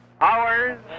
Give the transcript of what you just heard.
hours